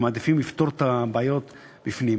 הם מעדיפים לפתור את הבעיות בפנים.